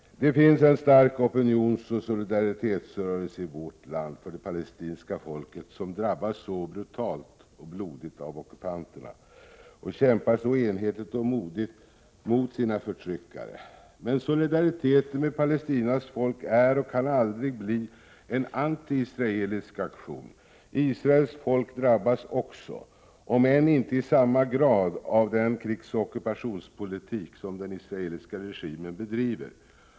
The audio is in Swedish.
Det finns en stark opinionsoch solidaritetsrörelse i vårt land för det palestinska folket, som drabbas så brutalt och blodigt av ockupanterna och kämpar så enhetligt och modigt mot sina förtryckare. Men solidariteten med Palestinas folk är och kan aldrig bli en antiisraelisk aktion. Israels folk drabbas också, om än inte i samma grad av den krigsoch ockupationspolitik som den israeliska regimen bedriver.